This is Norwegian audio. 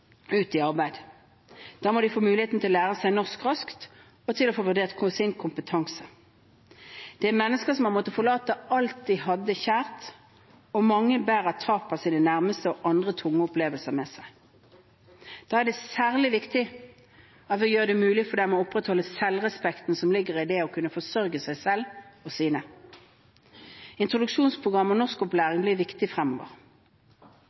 ut i arbeid. Da må de få mulighet til å lære seg norsk raskt og til å få vurdert sin kompetanse. Det er mennesker som har måttet forlate alt de hadde kjært, og mange bærer tap av sine nærmeste og andre tunge opplevelser med seg. Da er det særlig viktig at vi gjør det mulig for dem å opprettholde selvrespekten som ligger i det å kunne forsørge seg og sine. Introduksjonsprogram og norskopplæring blir viktig fremover.